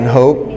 hope